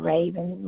Raven